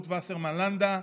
רות וסרמן לנדה,